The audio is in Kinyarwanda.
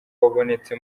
wabonetse